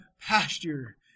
pasture